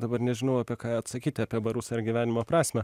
dabar nežinau apie ką atsakyti apie barus ar gyvenimo prasmę